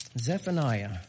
Zephaniah